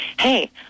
Hey